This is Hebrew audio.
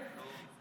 נו?